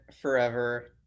forever